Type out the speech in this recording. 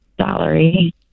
salary